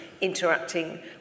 interacting